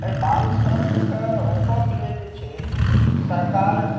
एहि बालश्रमके रोकऽ के लेल जे छै सरकार